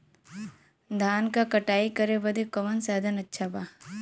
धान क कटाई करे बदे कवन साधन अच्छा बा?